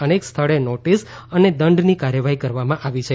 અનેક સ્થળે નોટીસ અને દંડની કાર્યવાહી કરવામાં આવી છે